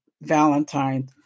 Valentine